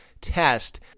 test